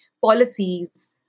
policies